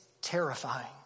terrifying